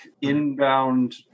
inbound